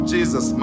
Jesus